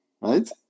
right